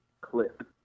Clip